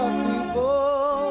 people